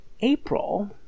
April